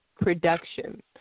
production